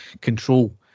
control